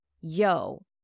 yo